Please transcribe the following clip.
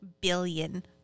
billion